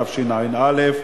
התשע"א 2011,